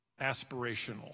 aspirational